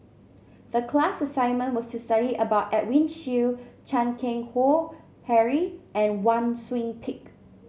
the class assignment was to study about Edwin Siew Chan Keng Howe Harry and Wang Sui Pick